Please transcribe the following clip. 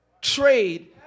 Trade